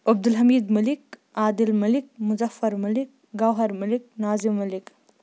عبدالحمیٖد مٔلِک عادِل مٔلِک مُظر مٔلِک گوہر مٔلِک نازِم مٔلِک